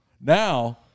Now